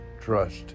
trust